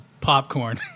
popcorn